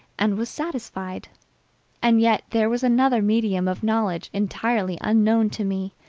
and was satisfied and yet there was another medium of knowledge entirely unknown to me,